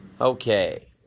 Okay